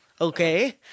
okay